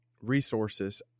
resources